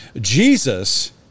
Jesus